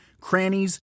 crannies